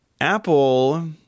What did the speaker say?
Apple